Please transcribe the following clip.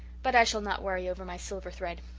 but i shall not worry over my silver thread.